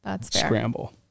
scramble